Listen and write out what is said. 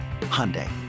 Hyundai